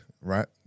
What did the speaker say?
right